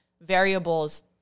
variables